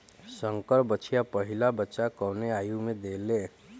संकर बछिया पहिला बच्चा कवने आयु में देले?